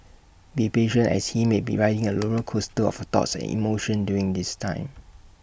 be patient as he may be riding A roller coaster of thoughts and emotions during this time